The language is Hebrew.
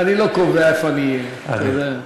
אני לא קובע איפה אני אהיה, אתה יודע.